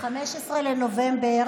ב-15 בנובמבר